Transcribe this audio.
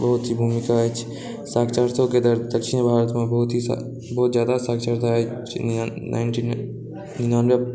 बहुत भूमिका अछि साक्षरतोके दर दक्षिण भारतमे बहुत ही सा बहुत जादा साक्षरता अछि निनान नाइनटी निनानबे